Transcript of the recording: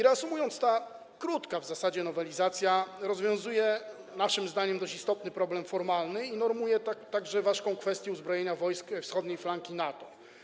Reasumując, ta w zasadzie krótka nowelizacja rozwiązuje naszym zdaniem dość istotny problem formalny i normuje także ważką kwestię uzbrojenia wojsk wschodniej flanki NATO.